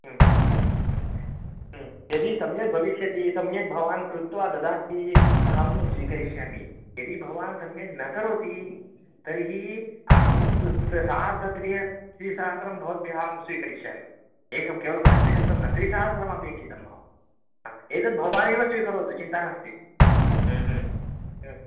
यदि सम्यग् भविष्यति सम्यग्भवान् कृत्वा ददाति अहं स्वीकरिष्यामि यदि भवान् सम्यक् न करोति तर्हि अहं स् सार्ध त्रिय् त्रिसहस्रं भवद्भ्यः अहं स्वीकरिष्यामि एकं केवलं पञ्चशतं न त्रिसहस्रम् अपेक्षितं मम अ एतत् भवानेव स्वीकरोतु चिन्ता नास्ति